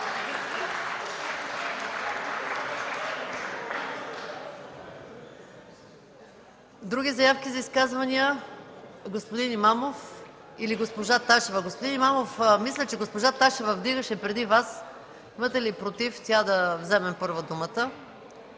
Други заявки за изказвания? Господин Имамов или госпожа Ташева? Господин Имамов, мисля, че госпожа Ташева вдигаше ръка преди Вас. Имате ли против, първо тя да вземе думата?